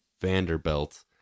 Vanderbilt